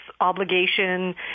obligation